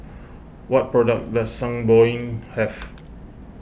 what products does Sangobion have